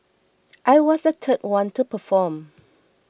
I was the third one to perform